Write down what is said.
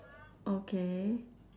okay